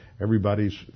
everybody's